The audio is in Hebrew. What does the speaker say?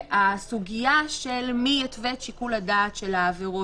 שהסוגיה של מי יתווה את שיקול הדעת של העבירות,